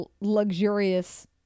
luxurious